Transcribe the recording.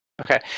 Okay